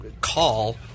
call